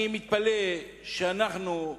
אני מתפלא שאנחנו,